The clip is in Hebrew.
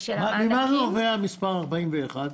ממה נובע המספר 41?